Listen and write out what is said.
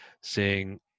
seeing